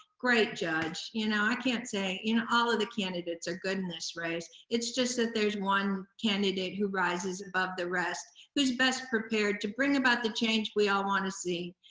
great judge, you know i can't say, all of the candidates are good in this race. it's just that there's one candidate who rises above the rest, who's best prepared to bring about the change we all wanna see,